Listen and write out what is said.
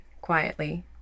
quietly